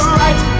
right